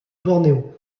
bornéo